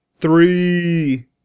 Three